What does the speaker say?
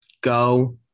Go